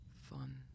fun